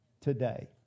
today